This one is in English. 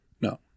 No